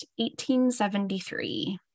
1873